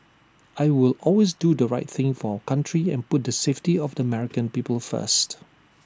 I will always do the right thing for our country and put the safety of the American people first